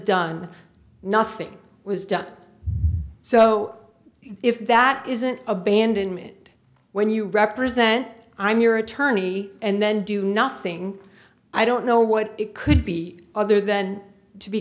done nothing was done so if that isn't abandon it when you represent i'm your attorney and then do nothing i don't know what it could be other then to be